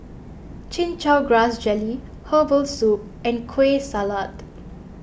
Chin Chow Grass Jelly Herbal Soup and Kueh Salat